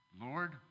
Lord